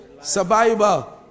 Survival